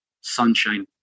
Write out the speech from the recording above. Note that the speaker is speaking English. sunshine